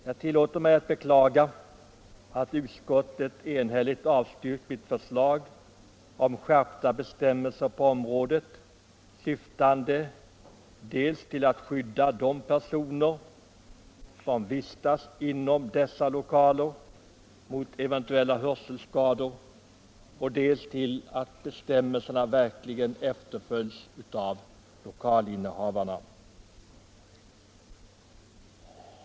Jag beklagar att utskottet enhälligt avstyrkt mitt förslag om skärpta bestämmelser på området syftande dels till att skydda de personer som vistas inom dessa lokaler mot eventuella hörselskador, dels till att bestämmelserna verkligen efterföljs av lokalinnehavarna.